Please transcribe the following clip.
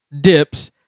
dips